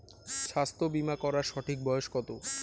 স্বাস্থ্য বীমা করার সঠিক বয়স কত?